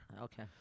Okay